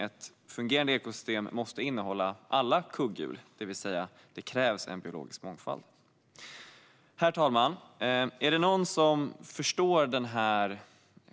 Ett fungerande ekosystem måste innehålla alla kugghjul, det vill säga det krävs en biologisk mångfald. Herr talman! Är det några som förstår den